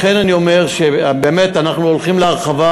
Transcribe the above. לכן, אני אומר שבאמת אנחנו הולכים להרחבה,